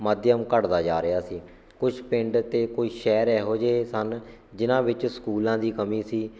ਮਾਧਿਅਮ ਘੱਟਦਾ ਜਾ ਰਿਹਾ ਸੀ ਕੁਛ ਪਿੰਡ ਅਤੇ ਕੋਈ ਸ਼ਹਿਰ ਇਹੋ ਜਿਹੇ ਸਨ ਜਿਨ੍ਹਾਂ ਵਿੱਚ ਸਕੂਲਾਂ ਦੀ ਕਮੀ ਸੀ